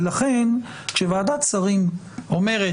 לכן כשוועדת שרים אומרת